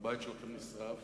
והבית שלכם נשרף